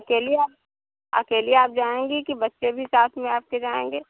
अकेले आ अकेली आप जाएंगी कि बच्चे भी साथ में आपके जाएंगे